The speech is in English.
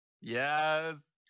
yes